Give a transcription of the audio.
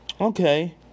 Okay